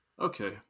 Okay